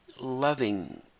loving